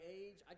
age